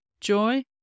joy